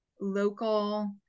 local